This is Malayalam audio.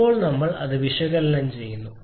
ഇപ്പോൾ ഞങ്ങൾ അത് വിശകലനം ചെയ്യുന്നു